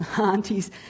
aunties